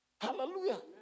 Hallelujah